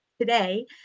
today